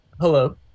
Hello